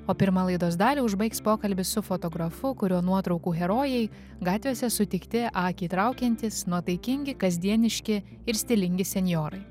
o pirmą laidos dalį užbaigs pokalbis su fotografu kurio nuotraukų herojai gatvėse sutikti akį traukiantys nuotaikingi kasdieniški ir stilingi senjorai